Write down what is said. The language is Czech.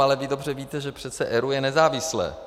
Ale vy dobře víte, že přeci ERÚ je nezávislé.